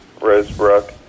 rosebrook